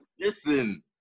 Listen